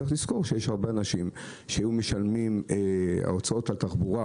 צריך לזכור שיש הרבה אנשים שההוצאות שלהם על תחבורה